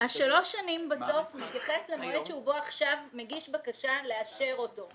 השלוש שנים מתייחס למועד שבו הוא מגיש בקשה לאשר אותו.